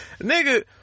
nigga